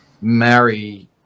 marry